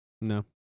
No